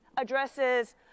addresses